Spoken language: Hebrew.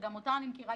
שגם אותה אני מכירה,